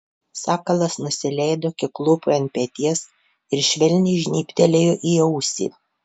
sakalas nusileido kiklopui ant peties ir švelniai žnybtelėjo į ausį